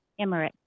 Emirates